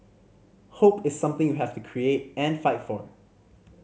hope is something you have to create and fight for